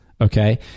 Okay